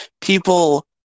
people